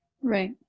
Right